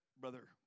brother